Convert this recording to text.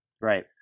Right